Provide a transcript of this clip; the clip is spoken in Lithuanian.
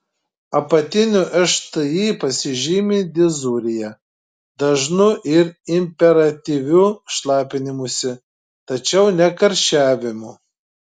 apatinių šti pasižymi dizurija dažnu ir imperatyviu šlapinimusi tačiau ne karščiavimu